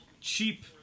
cheap